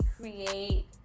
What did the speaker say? create